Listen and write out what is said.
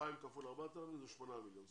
ו-2,000 כפול 4,000 זה 8 מיליון.